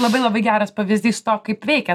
labai labai geras pavyzdys to kaip veikia